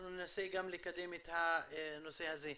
אנחנו ננסה לקדם גם את הנושא הזה.